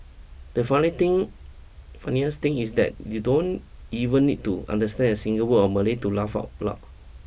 the funny thing funniest thing is that you don't even need to understand a single word of Malay to laugh out loud